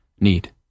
need